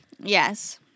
Yes